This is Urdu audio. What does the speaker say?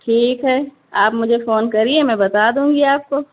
ٹھیک ہے آپ مجھے فون کریے میں بتادوں گی آپ کو